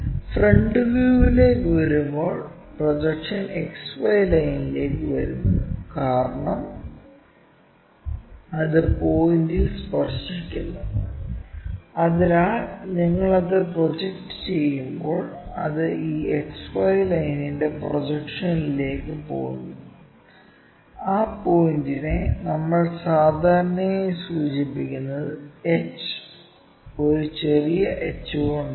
front വ്യൂവിലേക്ക് വരുമ്പോൾ projection XY ലൈനിലേക്ക് വരുന്നു കാരണം അത് പോയിന്റിൽ സ്പർശിക്കുന്നു അതിനാൽ നിങ്ങൾ ഇത് പ്രൊജക്റ്റ് ചെയ്യുമ്പോൾ അത് ആ XY ലൈനിന്റെ പ്രൊജക്ഷനിലേക്ക് പോകുന്നു ആ പോയിന്റിനെ നമ്മൾ സാധാരണയായി സൂചിപ്പിക്കുന്നത് h ഒരു ചെറിയ h കൊണ്ടാണ്